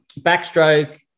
Backstroke